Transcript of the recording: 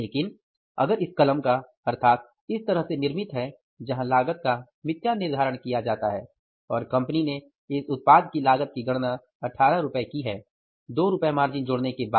लेकिन अगर इस कलम का अर्थात इस तरह से निर्मित है जहां लागत का मिथ्या निर्धारण किया जाता है और कंपनी ने इस उत्पाद की लागत की गणना 18 रुपये की है 2 रुपये मार्जिन जोड़ने के बाद